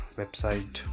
website